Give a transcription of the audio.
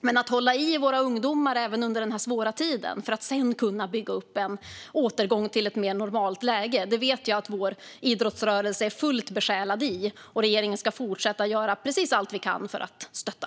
Men att hålla i våra ungdomar även under den här svåra tiden för att sedan kunna bygga upp en återgång till ett mer normalt läge vet jag att vår idrottsrörelse är helt besjälad av, och vi i regeringen ska fortsätta göra precis allt vi kan för att stötta.